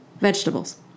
Vegetables